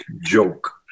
joke